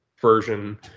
version